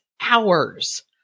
hours